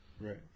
Right